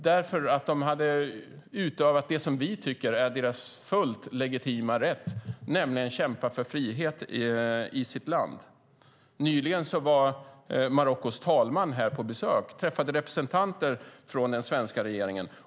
Därför att de hade utövat det vi tycker är deras fullt legitima rätt, nämligen att kämpa för frihet i sitt land. Nyligen var Marockos talman här på besök och träffade representanter för den svenska regeringen.